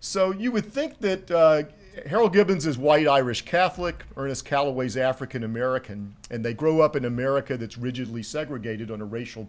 so you would think that harold gibbons is white irish catholic ernest callaways african american and they grow up in america that's rigidly segregated on a racial